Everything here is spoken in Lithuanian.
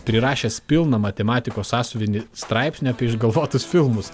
prirašęs pilną matematikos sąsiuvinį straipsnių apie išgalvotus filmus